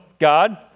God